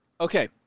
okay